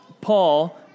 Paul